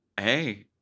hey